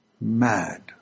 Mad